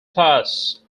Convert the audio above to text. plus